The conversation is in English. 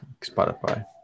Spotify